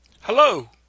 Hello